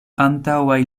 antaŭaj